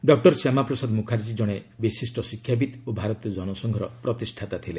doctor Shyama Prasad Mukherjee ଜଣେ ବିଶିଷ୍ଟ ଶିକ୍ଷାବିତ୍ ଓ ଭାରତୀୟ ଜନସଂଘର ପ୍ରତିଷ୍ଠାତା ଥିଲେ